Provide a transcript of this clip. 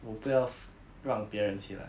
我不要让别人起来